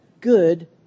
good